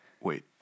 wait